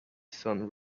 sun